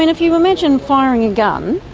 if you imagine firing a gun,